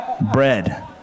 bread